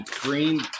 Green